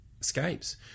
escapes